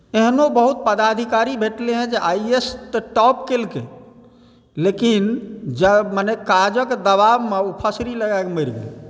एहनो बहुत पदाधिकारी भेटलै हँ जे आइ ए एस तऽ टॉप केलकै लेकिन जब मने काजक दबाबमे ओ फसरी लगाकऽ मरि गेल